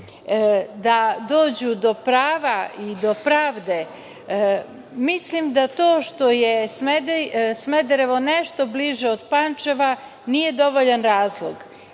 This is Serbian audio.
da dođu do prava i pravde, mislim da to što je Smederevo nešto bliže od Pančeva nije dovoljan razlog,